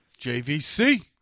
JVC